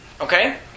Okay